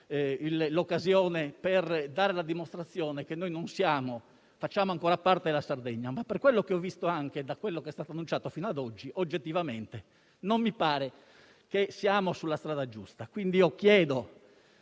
l'occasione per dare la dimostrazione che noi facciamo ancora parte dell'Italia, ma per quello che ho visto e da quello che è stato annunciato fino ad oggi oggettivamente non mi pare che siamo sulla strada giusta. Quindi, rinnovando